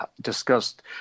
discussed